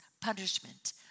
punishment